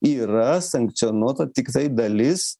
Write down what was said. yra sankcionuota tiktai dalis